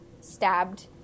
stabbed